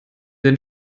den